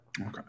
Okay